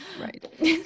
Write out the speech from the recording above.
Right